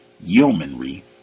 yeomanry